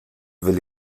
will